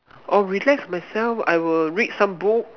orh relax myself I will read some book